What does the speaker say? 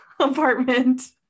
apartment